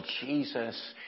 Jesus